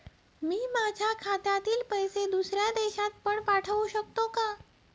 मी माझ्या खात्यातील पैसे दुसऱ्या देशात पण पाठवू शकतो का?